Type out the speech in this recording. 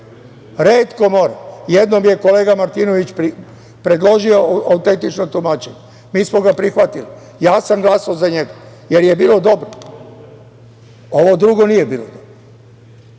Retko mora. Jednom je kolega Martinović predložio autentično tumačenje. Mi smo ga prihvatili. Ja sam glasao za njega, jer je bilo dobro. Ovo drugo nije bilo dobro. Mi